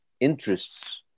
interests